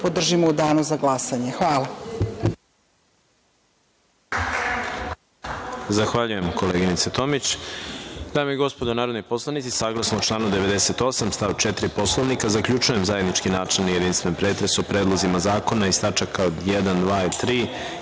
podržimo u danu za glasanje. Hvala.